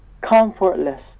comfortless